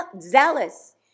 zealous